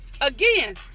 again